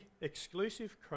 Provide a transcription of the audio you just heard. exclusive